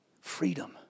Freedom